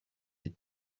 you